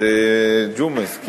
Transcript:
את ג'ומס,